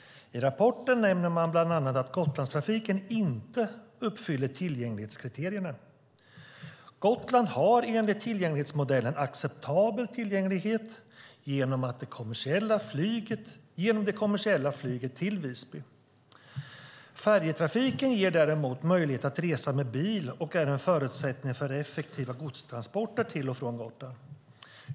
I rapporten nämner man bland annat att Gotlandstrafiken inte uppfyller tillgänglighetskriterierna. Gotland har enligt tillgänglighetsmodellen acceptabel tillgänglighet genom det kommersiella flyget till Visby. Färjetrafiken ger dock möjlighet att resa med bil och är en förutsättning för effektiva godstransporter till och från Gotland.